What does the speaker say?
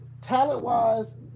talent-wise